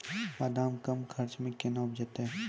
बादाम कम खर्च मे कैना उपजते?